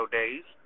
days